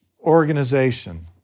organization